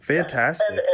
Fantastic